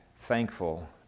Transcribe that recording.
thankful